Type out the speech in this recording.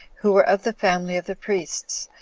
who were of the family of the priests,